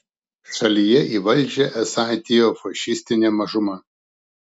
šalyje į valdžią esą atėjo fašistinė mažuma